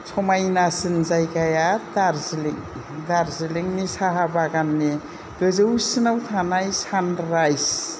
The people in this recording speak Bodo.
समायनासिन जायगाया दार्जिलीं दार्जिलींनि साहा बागाननि गोजौसिनाव थानाय सानरायज